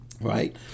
Right